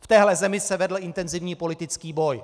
V téhle zemi se vedl intenzivní politický boj.